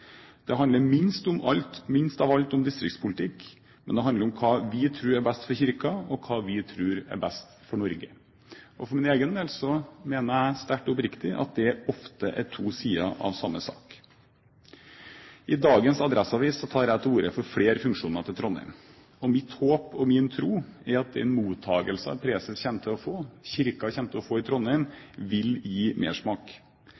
minst av alt om distriktspolitikk, men det handler om hva vi tror er best for Kirken, og hva vi tror er best for Norge. For min egen del mener jeg sterkt oppriktig at det ofte er to sider av samme sak. I dagens Adresseavisen tar jeg til orde for å få flere funksjoner til Trondheim. Mitt håp og min tro er at den mottagelsen preses og Kirken kommer til å få i Trondheim, vil gi mersmak. Det er også mitt håp og min tro at Kirken selv i